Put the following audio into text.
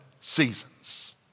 seasons